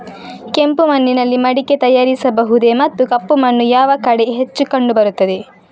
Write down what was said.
ಕೆಂಪು ಮಣ್ಣಿನಲ್ಲಿ ಮಡಿಕೆ ತಯಾರಿಸಬಹುದೇ ಮತ್ತು ಕಪ್ಪು ಮಣ್ಣು ಯಾವ ಕಡೆ ಹೆಚ್ಚು ಕಂಡುಬರುತ್ತದೆ?